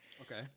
Okay